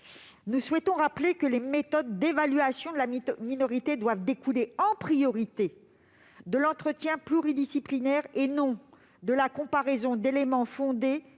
de minorité. Or les méthodes d'évaluation de la minorité doivent découler en priorité de l'entretien pluridisciplinaire et non de la comparaison d'éléments fondés